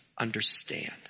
understand